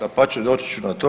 Dapače, doći ću na to.